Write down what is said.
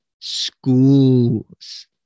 schools